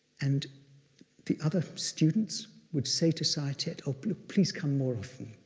and the other students would say to saya thet, oh, please please come more often.